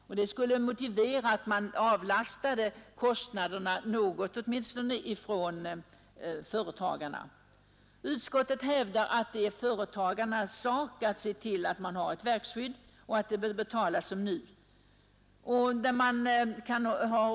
Detta skulle motivera att kostnaden för verkskyddet avlastades företagarna. Utskottet hävdar dock att det är företagarnas sak att ordna verkskyddet och att kostnaderna skall betalas på sätt som nu sker.